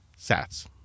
sats